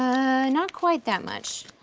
um not quite that much.